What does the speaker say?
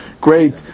great